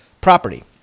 property